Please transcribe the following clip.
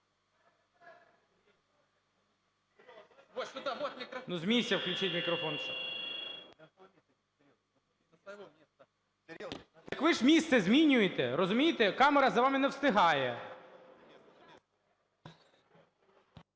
З місця включіть мікрофон. Так ви ж місце змінюєте, розумієте, камера за вами не встигає.